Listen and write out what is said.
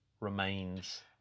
remains